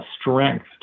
strength